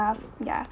ya